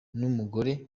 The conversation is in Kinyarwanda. n’umugore